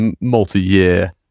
multi-year